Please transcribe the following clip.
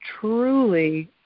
truly